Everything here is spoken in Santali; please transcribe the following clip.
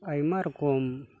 ᱟᱭᱢᱟ ᱨᱚᱠᱚᱢ